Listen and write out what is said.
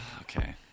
Okay